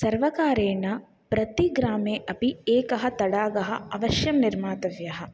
सर्वकारेण प्रतिग्रामे अपि एकः तडागः अवश्यं निर्मातव्यः